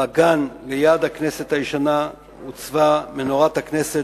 בגן ליד הכנסת הישנה הוצבה מנורת הכנסת,